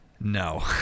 No